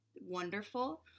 wonderful